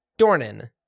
Dornan